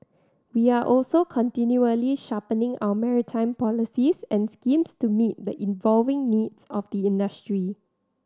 we are also continually sharpening our maritime policies and schemes to meet the evolving needs of the industry